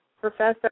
professor